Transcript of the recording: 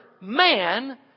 man